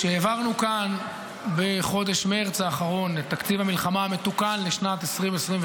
כשהעברנו כאן בחודש מרץ האחרון את תקציב המלחמה המתוקן לשנת 2024,